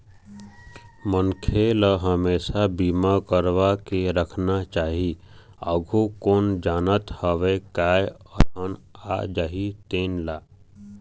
मनखे ल हमेसा बीमा करवा के राखना चाही, आघु कोन जानत हवय काय अलहन आ जाही तेन ला